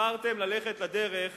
בחרתם ללכת לדרך